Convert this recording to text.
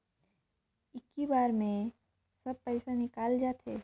इक्की बार मे सब पइसा निकल जाते?